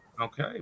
Okay